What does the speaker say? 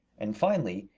and finally,